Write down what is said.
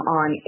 on